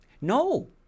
No